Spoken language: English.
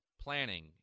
planning